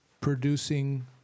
Producing